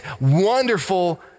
wonderful